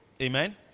Amen